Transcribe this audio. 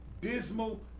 dismal